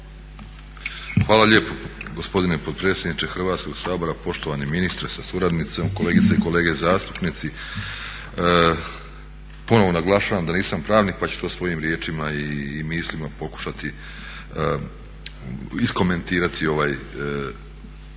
Hvala lijepo gospodine potpredsjedniče Hrvatskog sabora. Poštovani ministre sa suradnicom, kolegice i kolege zastupnici. Ponovo naglašavam da nisam pravnik pa ću to svojim riječima i mislima pokušati iskomentirati ovaj